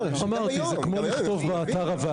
כמו שאמרתי, זה כמו לכתוב באתר הוועדה.